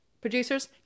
producers